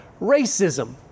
racism